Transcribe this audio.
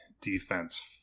defense